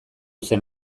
zen